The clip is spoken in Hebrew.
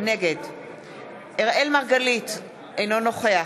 נגד אראל מרגלית, אינו נוכח